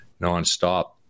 nonstop